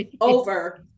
over